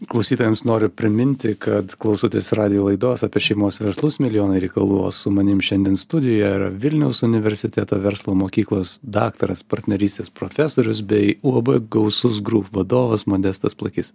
klausytojams noriu priminti kad klausotės radijo laidos apie šeimos verslus milijonai reikalų su manim šiandien studijoje yra vilniaus universiteto verslo mokyklos daktaras partnerystės profesorius bei uab gausus grūp vadovas modestas plakys